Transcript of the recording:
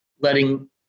letting